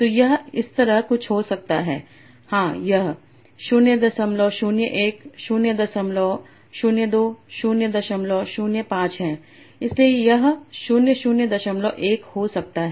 तो यह इस तरह कुछ हो सकता है हां यह 001 002 005 है इसलिए यह 001 हो सकता है